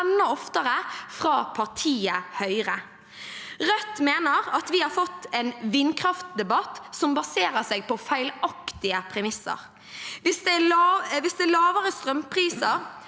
kanskje enda oftere fra partiet Høyre. Rødt mener at vi har fått en vindkraftdebatt som baserer seg på feilaktige premisser. Hvis det er lavere strømpriser